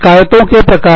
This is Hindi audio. शिकायतों के प्रकार